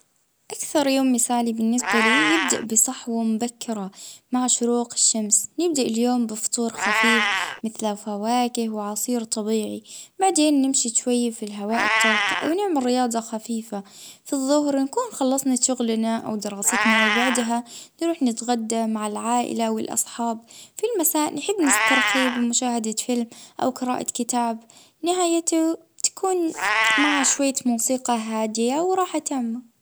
اه نبدأ يومي بفطور اه حلو وجهوة مع شوية اه جراية بعد الفطور اه بعدين نطلع نجري أو نمارس نوع من أنواع الرياضة، اه باجي النهار اه نجضيه في نتعلم حاجة جديدة أو خدمة أو مشروع نحبه، العشية جاعدة مريحة وربما مرات يعني سهرة مع الأصدقاء.